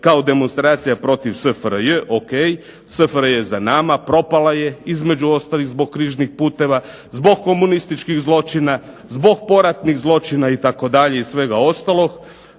kao demonstracija protiv SFRJ, ok, SFRJ je za nama, propala je, između ostalih zbog križnih puteva, zbog komunističkih zločina, zbog poratnih zločina, itd., i svega ostalog.